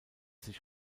sich